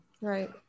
right